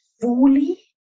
fully